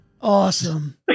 Awesome